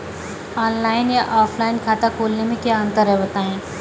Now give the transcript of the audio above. Online या offline खाता खोलने में क्या अंतर है बताएँ?